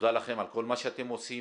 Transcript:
תודה לכם על כל מה שאתם עושים,